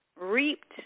Reaped